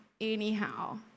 anyhow